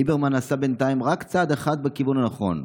"ליברמן עשה בינתיים רק צעד אחד בכיוון הנכון.